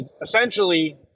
Essentially